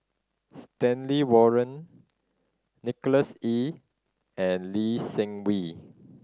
Stanley Warren Nicholas Ee and Lee Seng Wee